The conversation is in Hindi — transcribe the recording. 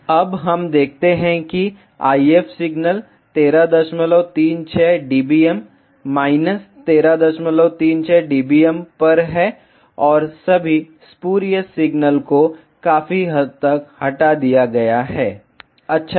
vlcsnap 2018 09 20 15h06m54s754 अब हम देखते हैं कि IF signal 1336 dBm minus 1336 dBm पर है और सभी स्पूरियस सिग्नल को काफी हद तक हटा दिया गया है अच्छा है